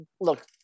look